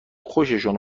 خوششون